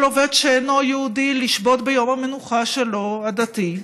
עובד שאינו יהודי לשבות ביום המנוחה הדתי שלו.